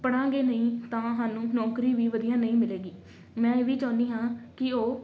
ਪੜਾਂਗੇ ਨਹੀਂ ਤਾਂ ਸਾਨੂੰ ਨੌਕਰੀ ਵੀ ਵਧੀਆ ਨਹੀਂ ਮਿਲੇਗੀ ਮੈਂ ਇਹ ਵੀ ਚਾਹੁੰਦੀ ਹਾਂ ਕਿ ਉਹ